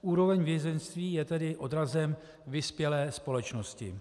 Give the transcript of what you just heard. Úroveň vězeňství je tedy odrazem vyspělé společnosti.